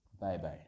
Bye-bye